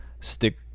stick